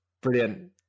brilliant